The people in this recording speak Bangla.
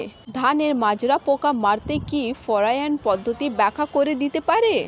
ধানের মাজরা পোকা মারতে কি ফেরোয়ান পদ্ধতি ব্যাখ্যা করে দিতে পারে?